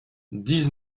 dix